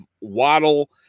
Waddle